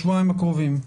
לשבועיים הקרובים.